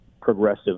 progressive